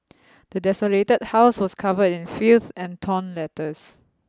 the desolated house was covered in filth and torn letters